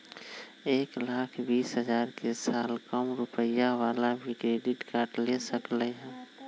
एक लाख बीस हजार के साल कम रुपयावाला भी क्रेडिट कार्ड ले सकली ह?